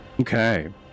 Okay